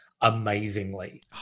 amazingly